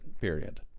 period